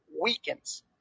weakens